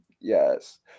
yes